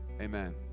Amen